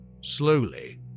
Slowly